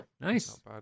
Nice